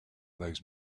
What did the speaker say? those